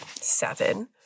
seven